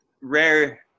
rare